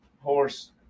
horse